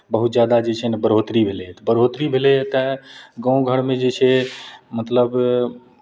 बहुत जादा जे छै ने बढ़ोतरी भेलैए बढ़ोतरी भेलैए तऽ गाँव घरमे जे छै मतलब